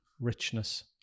richness